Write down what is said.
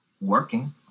working